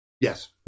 Yes